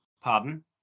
Pardon